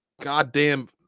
goddamn